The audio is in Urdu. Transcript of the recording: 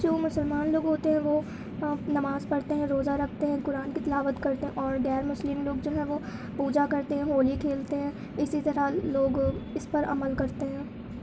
جو مسلمان لوگ ہوتے ہیں وہ نماز پڑھتے ہیں روزہ رکھتے ہیں قرآن کی تلاوت کرتے ہیں اور غیر مسلم لوگ جو ہیں وہ پوجا کرتے ہیں ہولی کھیلتے ہیں اِسی طرح لوگ اِس پر عمل کرتے ہیں